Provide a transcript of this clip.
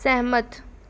ਸਹਿਮਤ